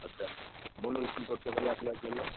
আচ্ছা বলুন কি করতে পারি আপনার জন্য